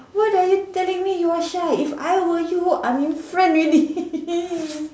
what are you telling me you're shy if I were you I'm in front already